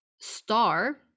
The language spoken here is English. star